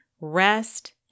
rest